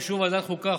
באישור ועדת החוקה,